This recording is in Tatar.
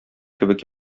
кебек